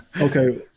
Okay